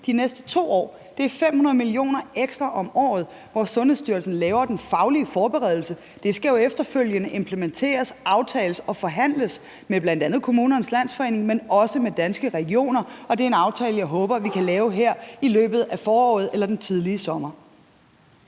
de næste 2 år? Det er 500 mio. kr. ekstra om året, hvor Sundhedsstyrelsen laver den faglige forberedelse, og det skal jo efterfølgende implementeres, aftales og forhandles med bl.a. Kommunernes Landsforening, men også med Danske Regioner. Og det er en aftale, jeg håber vi kan lave her i løbet af foråret eller den tidlige sommer.